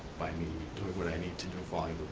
by me doing what i need to do by